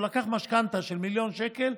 הוא לקח משכנתה של מיליון שקל,